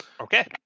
okay